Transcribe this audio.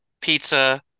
pizza